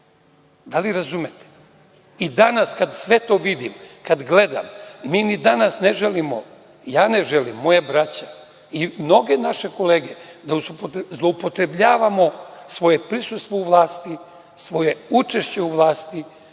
da li razumete? I danas kada sve to vidim, kada gledam, mi ni danas ne želimo, ja ne želim, moja braća i mnoge naše kolege, da zloupotrebljavamo svoje prisustvo u vlasti, svoje učešće u vlasti.